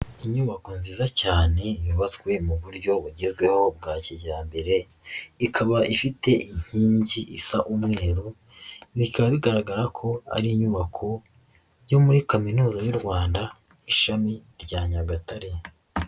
Inyubako nziza cyane yubatswe mu buryo bugezweho bwa kijyambere, ikaba ifite inkingi isa umweru, bikaba bigaragara ko ari inyubako yo muri kaminuza y'u Rwanda ishami rya Nyagatare.